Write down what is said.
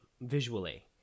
visually